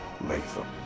Latham